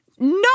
no